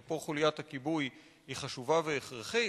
ופה חוליית הכיבוי היא חשובה והכרחית,